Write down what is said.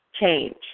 change